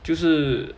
就是